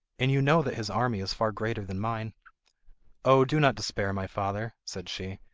and you know that his army is far greater than mine oh, do not despair, my father said she.